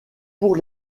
pour